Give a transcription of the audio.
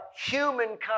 humankind